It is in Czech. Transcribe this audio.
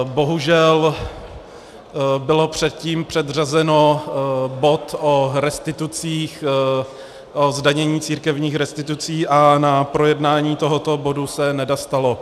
Bohužel byl předtím předřazen bod o restitucích, o zdanění církevních restitucí, a na projednání tohoto bodu se nedostalo.